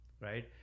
right